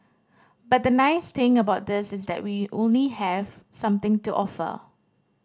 but the nice thing about this is that we only have something to offer